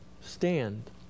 stand